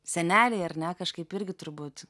seneliai ar ne kažkaip irgi turbūt